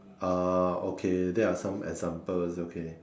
ah okay that are some examples okay